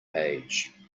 age